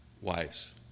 wives